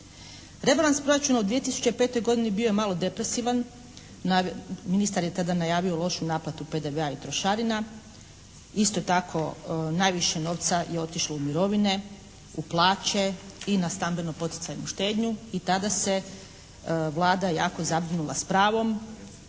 Rebalans proračuna u 2005. godini bio je malo depresivan. Ministar je tada najavio lošu naplatu PDV-a i trošarina. Isto tako najviše novca je otišlo u mirovine, u plaće i na stambeno poticajnu štednju i tada se Vlada jako zabrinula s pravom